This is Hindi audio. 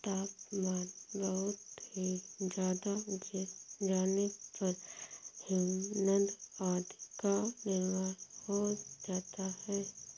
तापमान बहुत ही ज्यादा गिर जाने पर हिमनद आदि का निर्माण हो जाता है